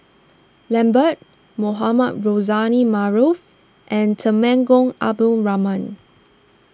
Lambert Mohamed Rozani Maarof and Temenggong Abdul Rahman